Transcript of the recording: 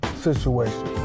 situation